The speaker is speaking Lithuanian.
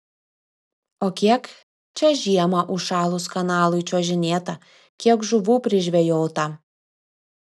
o kiek čia žiemą užšalus kanalui čiuožinėta kiek žuvų prižvejota